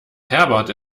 herbert